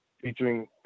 featuring